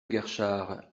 guerchard